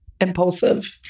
impulsive